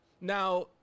now